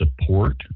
support